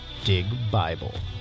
DIGBIBLE